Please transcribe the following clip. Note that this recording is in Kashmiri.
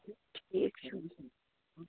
ٹھیٖک چھُ